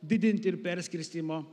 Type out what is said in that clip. didinti ir perskirstymo